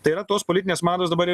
tai yra tos politinės mados dabar